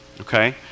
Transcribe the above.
okay